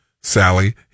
Sally